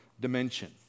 dimension